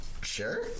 Sure